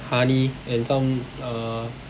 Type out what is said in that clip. honey and some uh